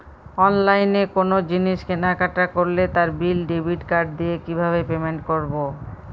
অনলাইনে কোনো জিনিস কেনাকাটা করলে তার বিল ডেবিট কার্ড দিয়ে কিভাবে পেমেন্ট করবো?